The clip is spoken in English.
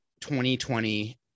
2020